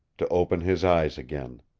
to open his eyes again.